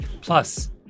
Plus